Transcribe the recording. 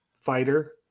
fighter